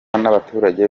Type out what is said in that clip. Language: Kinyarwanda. n’abaturage